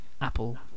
Apple